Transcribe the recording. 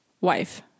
wife